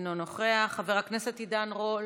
אינו נוכח, חבר הכנסת עידן רול,